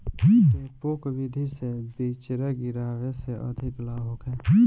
डेपोक विधि से बिचरा गिरावे से अधिक लाभ होखे?